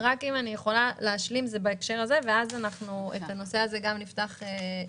אם אוכל רק להשלים ואז נפתח את הנושא הזה לשאלות.